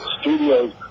studios